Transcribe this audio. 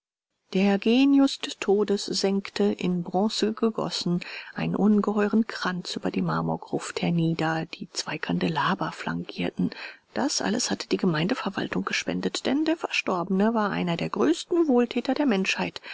der genius des todes senkte in bronze gegossen einen ungeheuren kranz über die marmorgruft hernieder die zwei kandelaber flankierten das alles hatte die gemeindeverwaltung gespendet denn der verstorbene war einer der größten wohltäter der menschheit